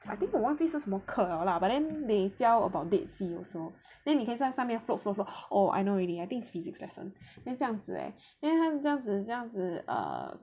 I think 我忘记是什么课 liao lah but then they 教 about Dead Sea also then 你可以在上面 float float float oh I know already I think is physics lesson then 这样子 eh then 还这样子这样子 err